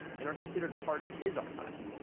and are considered part of his archive,